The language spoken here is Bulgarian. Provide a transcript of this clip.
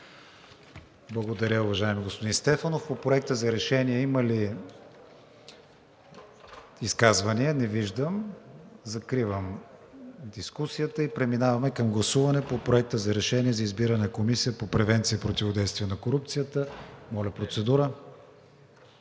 Благодаря, уважаеми господин Стефанов. По Проекта за решение има ли изказвания? Не виждам. Закривам дискусията и преминаваме към гласуване по Проекта за решение за избиране на Комисия по превенция и противодействие на корупцията. Гласували